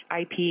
IP